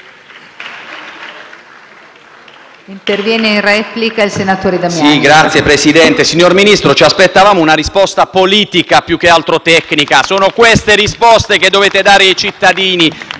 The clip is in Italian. intervenire in replica il senatore Damiani,